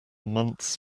months